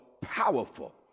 powerful